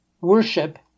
worship